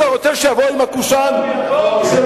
אתה רוצה שיבואו עם הקושאן, יבואו, יבואו.